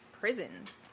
prisons